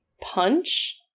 punch